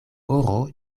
oro